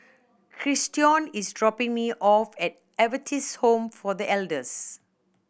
Christion is dropping me off at Adventist Home for The Elders